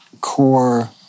core